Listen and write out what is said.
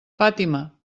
fàtima